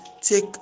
take